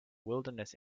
wilderness